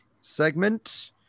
segment